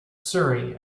surrey